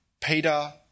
Peter